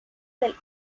del